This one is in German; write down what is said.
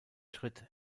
schritt